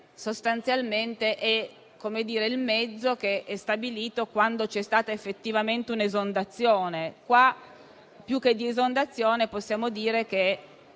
sostanzialmente è il mezzo stabilito quando c'è stata effettivamente un'esondazione. In tal caso più che di esondazione, possiamo dire che